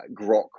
grok